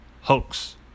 hoax